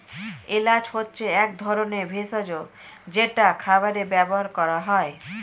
এলাচ হচ্ছে এক ধরনের ভেষজ যেটা খাবারে ব্যবহার করা হয়